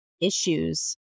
issues